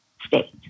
state